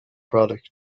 product